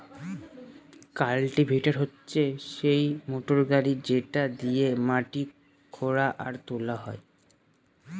cultivator হচ্ছে সেই motor গাড়ি যেটা দিয়েক মাটি খুদা আর তোলা হয়